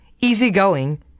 easygoing